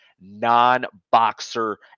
non-boxer